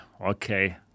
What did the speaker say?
okay